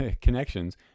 connections